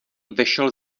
vešel